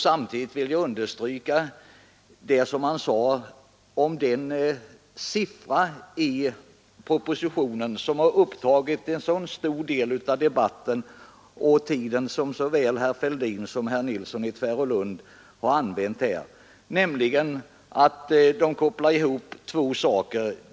Jag vill även instämma i vad han sade om den siffra i propositionen som har upptagit en så stor del av debatten och som herr Fälldin och herr Nilsson i Tvärålund har ägnat så mycken tid åt. De kopplar ihop två saker.